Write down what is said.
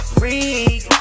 freak